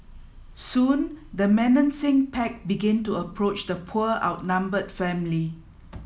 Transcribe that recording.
soon the menacing pack began to approach the poor outnumbered family